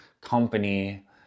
company